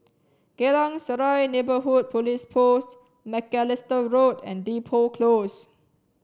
Geylang Serai Neighbourhood Police Post Macalister Road and Depot Close